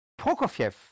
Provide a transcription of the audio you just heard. Prokofiev